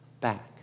back